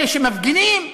אלה שמפגינים,